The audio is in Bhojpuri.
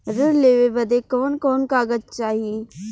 ऋण लेवे बदे कवन कवन कागज चाही?